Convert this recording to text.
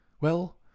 Well